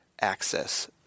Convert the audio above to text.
access